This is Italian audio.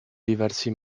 diversi